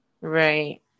Right